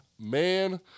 man